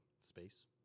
space